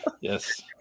Yes